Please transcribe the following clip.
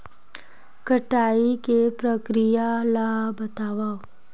कटाई के प्रक्रिया ला बतावव?